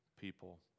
people